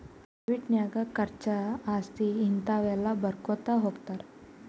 debit ನಾಗ್ ಖರ್ಚಾ, ಆಸ್ತಿ, ಹಿಂತಾವ ಎಲ್ಲ ಬರ್ಕೊತಾ ಹೊತ್ತಾರ್